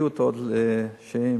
MRI. לא שומע.